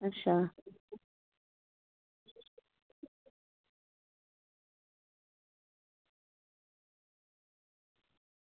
अच्छा